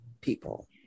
people